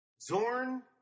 Zorn